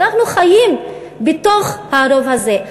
אנחנו חיים בתוך הרוב הזה.